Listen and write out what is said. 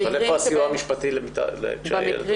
אבל איפה הסיוע המשפטי כשקטין הוא מתחת לגיל 14?